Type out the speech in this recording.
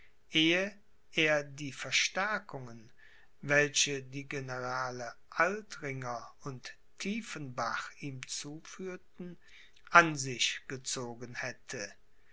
ehe er die verstärkungen welche die generale altringer und tiefenbach ihm zuführten an sich gezogen hätte